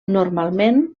normalment